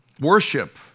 Worship